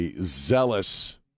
zealous